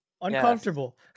Uncomfortable